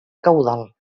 caudal